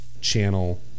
channel